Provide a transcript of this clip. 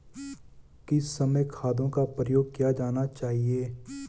किस समय खादों का प्रयोग किया जाना चाहिए?